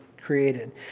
created